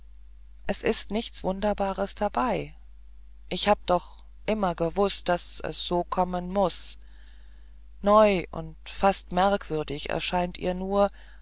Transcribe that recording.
es ist nichts wunderbares dabei ich hab doch immer gewußt daß es so kommen muß neu und fast merkwürdig erscheint ihr nur